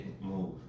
move